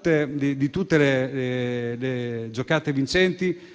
tutte le giocate vincenti